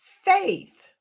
faith